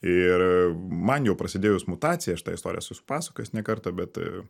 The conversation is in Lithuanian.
ir man jau prasidėjus mutacijai aš tą istoriją esu pasakojęs ne kartą bet